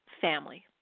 family